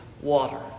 water